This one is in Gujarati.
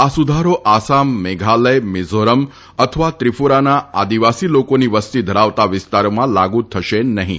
આ સુધારો આસામ મેઘાલય મિઝોરમ અથવા ત્રિપુરાના આદિવાસી લોકોની વસતી ધરાવતા વિસ્તારોમાં લાગુ થશે નફીં